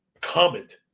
comment